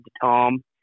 Tom